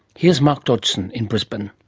here's mark dodgson in brisbane.